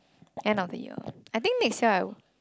end of the year I think next year I will